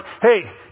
hey